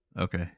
Okay